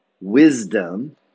Wisdom